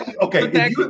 Okay